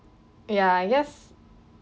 ya I guess